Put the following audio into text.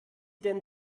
denn